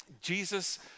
Jesus